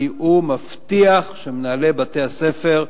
כי הוא מבטיח שמנהלי בתי-הספר,